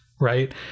right